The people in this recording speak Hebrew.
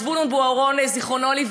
זבולון בוארון ז"ל,